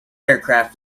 aircraft